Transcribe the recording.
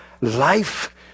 life